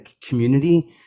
community